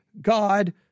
God